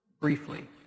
briefly